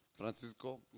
Francisco